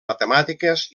matemàtiques